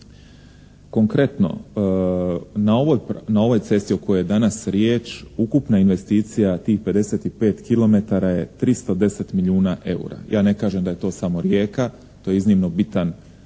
Konkretno, na ovoj cesti o kojoj je danas riječ ukupna investicija tih 55 kilometara je 310 milijuna eura. Ja ne kažem da je to samo Rijeka, to je izuzetno bitan dio